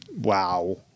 Wow